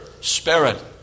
spirit